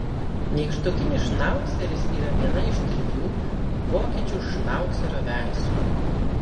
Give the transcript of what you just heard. nykštukinis šnauceris yra viena iš trijų vokiečių šnaucerio veislių